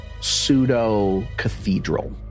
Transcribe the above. pseudo-cathedral